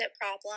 problem